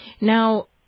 now